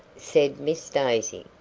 said miss daisy.